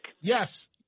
Yes